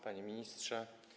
Panie Ministrze!